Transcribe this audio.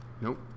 Nope